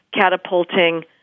catapulting